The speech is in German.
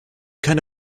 keine